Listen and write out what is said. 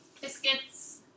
Biscuits